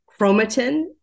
chromatin